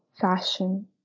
fashion